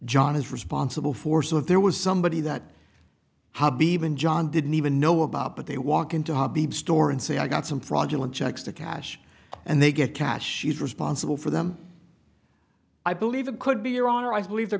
john is responsible for so there was somebody that hubby vin john didn't even know about but they walk into a store and say i got some fraudulent checks to cash and they get cash she's responsible for them i believe it could be your honor i believe there